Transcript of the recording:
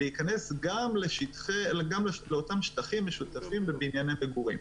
להיכנס גם לאותם שטחים משותפים בבנייני מגורים.